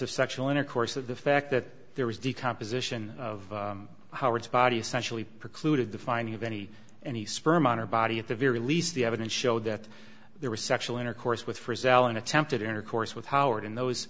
of sexual intercourse of the fact that there was decomposition of howard's body essentially precluded the finding of any any sperm on her body at the very least the evidence showed that there was sexual intercourse with for sale and attempted intercourse with howard in those